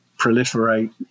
proliferate